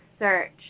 Search